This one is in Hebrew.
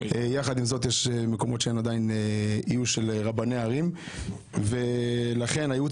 יחד עם זאת יש מקומות שאין עדיין איוש של רבני ערים ולכן הייעוץ